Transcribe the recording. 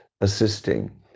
assisting